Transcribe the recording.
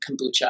kombucha